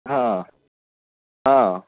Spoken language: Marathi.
हां हां